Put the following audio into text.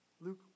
Luke